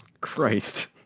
christ